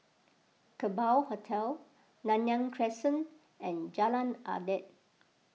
Kerbau Hotel Nanyang Crescent and Jalan Adat